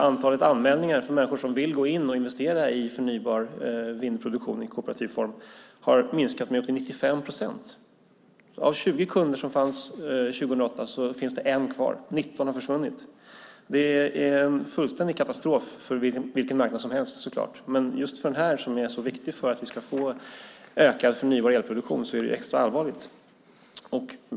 Antalet anmälningar från människor som vill gå in och investera i förnybar vindproduktion i kooperativ form har minskat med upp till 95 procent. Av 20 kunder som fanns 2008 finns en kvar 2009, och 19 har försvunnit. Det är så klart en fullständig katastrof för vilken marknad som helst. Men för just den här marknaden som är så viktig för att vi ska få ökad förnybar elproduktion är det extra allvarligt.